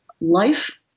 Life